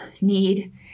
need